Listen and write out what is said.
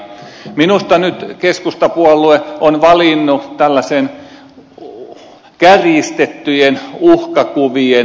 minusta nyt keskustapuolue on valinnut tällaisen kärjistettyjen uhkakuvien luomisen